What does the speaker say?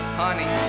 honey